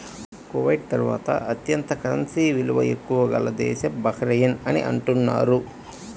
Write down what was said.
Kuwait తర్వాత అత్యంత currency విలువ ఎక్కువ గల దేశం బహ్రెయిన్ అని అంటున్నారు